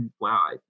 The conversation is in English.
wow